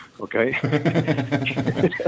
okay